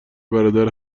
برادر